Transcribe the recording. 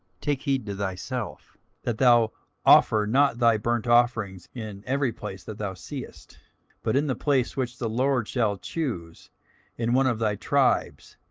take heed to thyself that thou offer not thy burnt offerings in every place that thou seest but in the place which the lord shall choose in one of thy tribes,